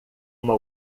uma